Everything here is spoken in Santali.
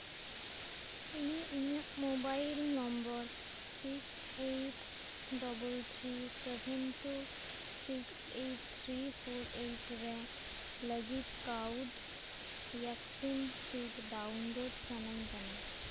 ᱤᱧ ᱤᱧᱟᱹᱜ mobile number six eight double three seven two six eight three four eight ᱨᱮ ᱞᱟᱹᱜᱤᱫ ᱠᱞᱟᱣᱩᱰ ᱵᱷᱮᱠᱥᱤᱱ ᱥᱤᱴ ᱰᱟᱣᱩᱱᱞᱳᱰ ᱢᱮ ᱥᱟᱱᱟᱧ ᱠᱟᱱᱟ